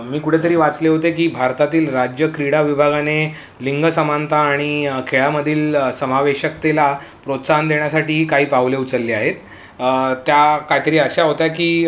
मी कुठेतरी वाचले होते की भारतातील राज्य क्रीडा विभागाने लिंगसमानता आणि खेळामधील समावेशकतेला प्रोत्साहन देण्यासाठीही काही पाऊले उचलली आहेत त्या काहीतरी अशा होत्या की